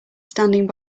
standing